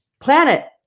planet